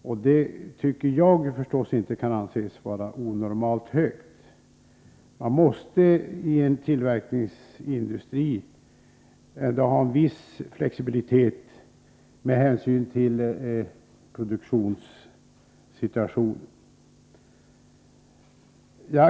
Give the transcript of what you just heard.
Jag tycker inte att det kan anses vara onormalt högt. Man måste i en tillverkningsindustri ha en viss flexibilitet med hänsyn till produktionssituationen.